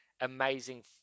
amazing